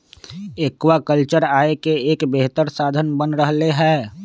aquaculture आय के एक बेहतर साधन बन रहले है